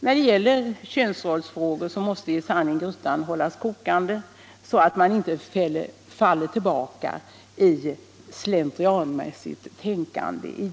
När det gäller könsrollsfrågor så måste grytan hållas kokande så att man inte faller tillbaka i slentrianmässigt tänkande.